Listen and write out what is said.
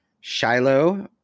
shiloh